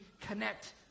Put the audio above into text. connect